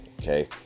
okay